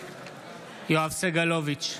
יואב סגלוביץ'